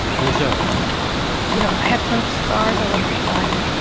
reserved you know, i have tons of scars all over my body,